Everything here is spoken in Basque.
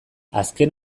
azken